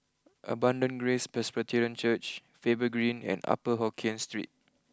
Abundant Grace Presbyterian Church Faber Green and Upper Hokkien Street